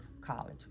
College